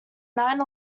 nine